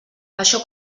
això